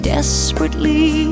Desperately